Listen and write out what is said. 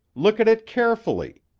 look at it carefully.